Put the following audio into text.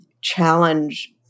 challenge